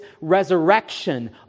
resurrection